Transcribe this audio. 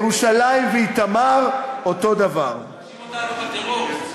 ירושלים ואיתמר אותו דבר, אותנו בטרור.